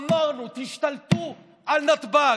אמרנו: תשתלטו על נתב"ג,